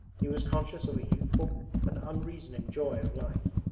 he was conscious of a youthful and unreasoning joy of life.